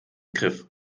griff